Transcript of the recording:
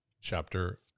Chapter